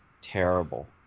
terrible